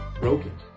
broken